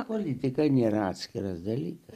politika nėra atskiras dalykas